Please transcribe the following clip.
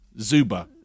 Zuba